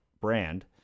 brand